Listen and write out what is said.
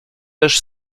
też